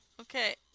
Okay